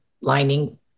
lining